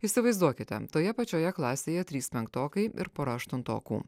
įsivaizduokite toje pačioje klasėje trys penktokai ir pora aštuntokų